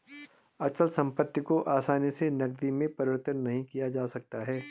अचल संपत्ति को आसानी से नगदी में परिवर्तित नहीं किया जा सकता है